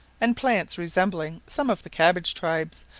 and plants resembling some of the cabbage tribes,